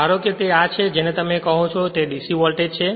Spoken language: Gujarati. ધારો કે આ તે છે જેને તમે કહો છો તે DC વોલ્ટેજ છે